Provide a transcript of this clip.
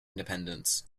independence